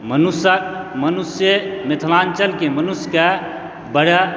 मनुष्यक मनुष्य मिथिलाञ्चलके मनुष्यके बजाय